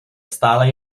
stále